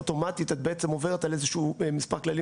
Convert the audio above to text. אוטומטית את בעצם עוברת על מספר כללים